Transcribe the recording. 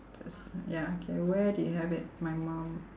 there's ya K where they have it my mum